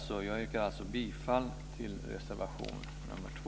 Jag yrkar alltså bifall till reservation nr 2.